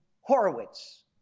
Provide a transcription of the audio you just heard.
Horowitz